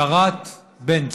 פשרת בן צור.